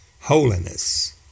holiness